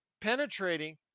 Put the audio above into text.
penetrating